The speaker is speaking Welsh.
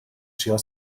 trio